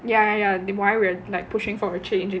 ya ya ya why we are pushing for a change you know